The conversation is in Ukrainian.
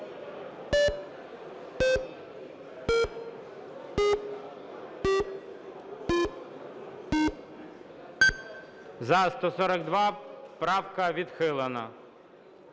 За-142 Правка відхилена.